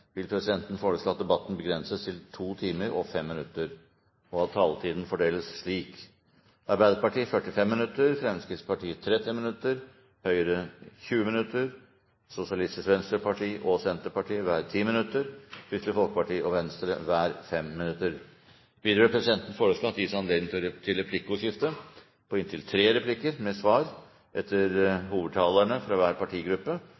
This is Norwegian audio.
vil presidenten foreslå at debatten blir begrenset til 2 timer og 5 minutter, og at taletiden fordeles slik på gruppene: Arbeiderpartiet 45 minutter, Fremskrittspartiet 30 minutter, Høyre 20 minutter, Sosialistisk Venstreparti 10 minutter, Senterpartiet 10 minutter, Kristelig Folkeparti 5 minutter og Venstre 5 minutter. Videre vil presidenten foreslå at det blir gitt anledning til replikkordskifte på inntil tre replikker med svar etter